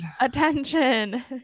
Attention